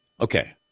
Okay